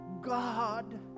God